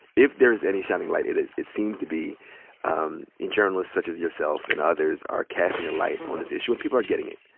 if there's any shining light, it it seems to be um in journalists such as yourself and others are casting a light on this issue and people are getting it,